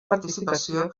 participació